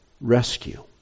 rescue